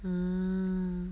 mm